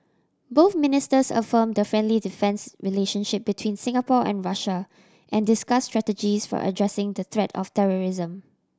both ministers affirmed the friendly defence relationship between Singapore and Russia and discussed strategies for addressing the threat of terrorism